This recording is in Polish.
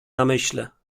namyśle